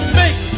make